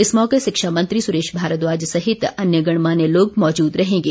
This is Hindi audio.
इस मौके शिक्षा मंत्री सुरेश भारद्वाज सहित अन्य गणमान्य लोग मौजूद रहेंगे